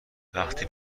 وقتی